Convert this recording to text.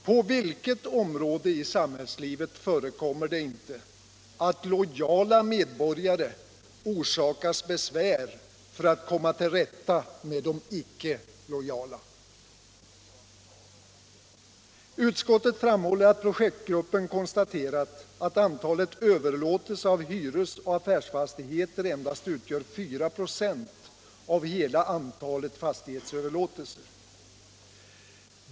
På vilket område i samhällslivet förekommer det inte att lojala medborgare orsakas besvär för att man skall kunna komma till rätta med de icke lojala? Utskottet framhåller att projektgruppen konstaterat att antalet överlåtelser av hyresoch affärsfastigheter endast utgör 4 26 av hela antalet fastighetsöverlåtelser.